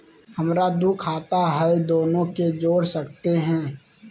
हमरा दू खाता हय, दोनो के जोड़ सकते है?